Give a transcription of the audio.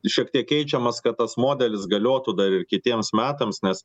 šiek tiek keičiamas kad tas modelis galiotų dar ir kitiems metams nes